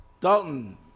Dalton